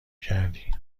کردی